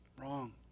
wrong